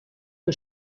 que